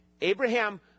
Abraham